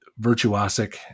virtuosic